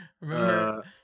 remember